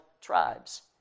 tribes